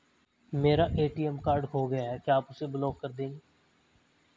मेरा ATM card खो गया है क्या आप उसे ब्लॉक कर देंगे?